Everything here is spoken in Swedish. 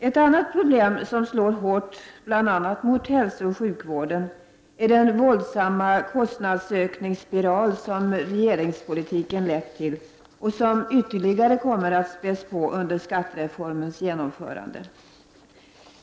Ett annat problem som slår hårt bl.a. mot hälsooch sjukvården är den våldsamma kostnadsökningsspiral som regeringspolitiken lett till och som ytterligare kommer att späs på under skattereformens genomförande.